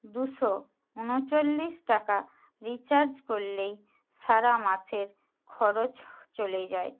দুশো উনচল্লিশ টাকা রিচার্জ করলেই সারা মাসের খরচ চলে যায়